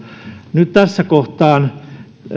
nyt tässä kohtaa